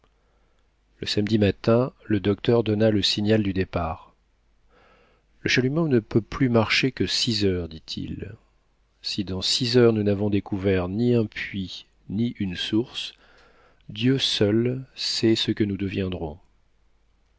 le samedi matin le docteur donna le signal du départ le chalumeau ne peut plus marcher que six heures dit-il si dans six heures nous n'avons découvert ni un puits ni une source dieu seul sait ce que nous deviendrons